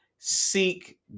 Seek